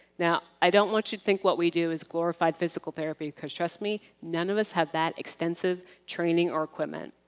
now, i don't want you to think what we do is glorified physical therapy, because, trust me, none of us has that extensive training or equipment,